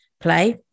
play